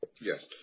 Yes